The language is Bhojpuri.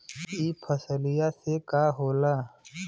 ई फसलिया से का होला?